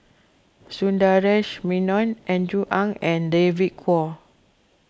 Sundaresh Menon Andrew Ang and David Kwo